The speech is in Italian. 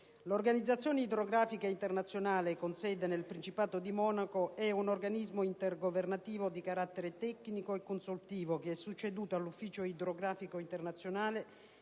L'Organizzazione idrografica internazionale (IHO), con sede nel Principato di Monaco, è un organismo intergovernativo di carattere tecnico e consultivo che è succeduto all'Ufficio idrografico internazionale,